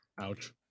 Ouch